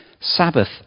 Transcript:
Sabbath